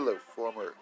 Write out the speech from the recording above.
former